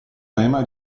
tema